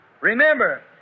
Remember